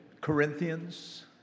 Corinthians